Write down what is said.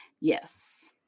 Yes